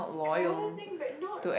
closing brand but not r~